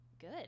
good